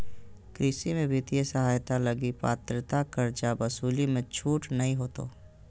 कृषि में वित्तीय सहायता लगी पात्रता कर्जा वसूली मे छूट नय होतो